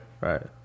Right